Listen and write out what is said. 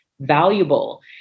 valuable